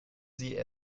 sie